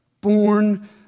born